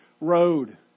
road